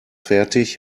fertig